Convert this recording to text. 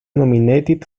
nominated